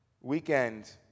weekend